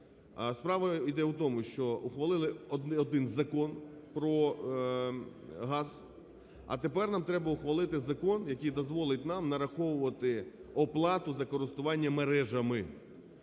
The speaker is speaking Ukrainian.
справа йде в тому, що ухвалили один Закон про газ, а тепер нам треба ухвалити закон, який дозволить нам нараховувати оплату за користування мережами,